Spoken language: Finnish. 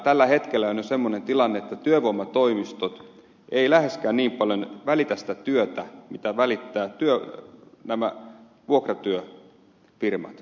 tällä hetkellä on jo semmoinen tilanne että työvoimatoimistot eivät läheskään niin paljon välitä sitä työtä jota välittävät nämä vuokratyöfirmat